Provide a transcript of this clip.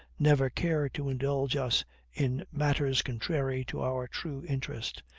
never care to indulge us in matters contrary to our true interest,